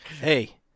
Hey